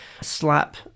slap